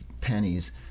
pennies